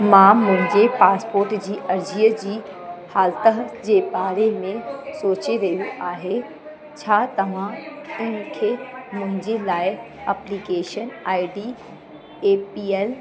मां मुंहिंजे पासपोर्ट जी अर्ज़ीअ जी हालति जे बारे में सोचे रही आहे छा तव्हां इनखे मुंहिंजे लाइ application I D A P L